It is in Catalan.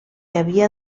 havia